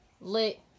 lit